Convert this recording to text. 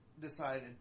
decided